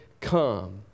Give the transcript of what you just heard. come